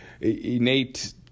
innate